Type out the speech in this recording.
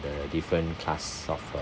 the different class of